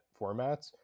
formats